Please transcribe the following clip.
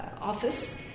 office